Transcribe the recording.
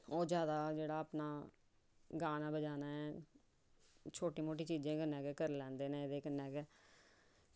ओह् जैदा जेह्ड़ा अपना गाने बजाने छोटी मोटी चीजां गै करी लैंदे न एह्दे कन्नै